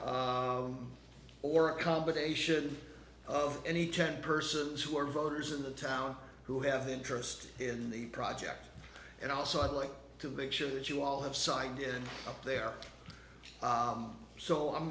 eight or a combination of any ten persons who are voters in the town who have interest in the project and also i'd like to make sure that you all have signed up there so i